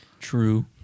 True